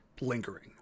lingering